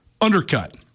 undercut